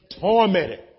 tormented